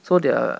so they are